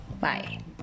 bye